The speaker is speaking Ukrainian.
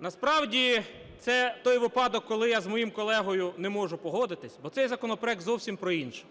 насправді це той випадок, коли я з моїм колегою не можу погодитись, бо цей законопроект зовсім про інше.